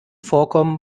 vorkommen